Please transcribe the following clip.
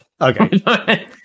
Okay